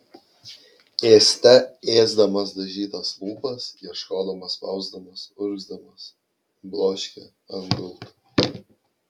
ėste ėsdamas dažytas lūpas ieškodamas spausdamas urgzdamas bloškė ant gulto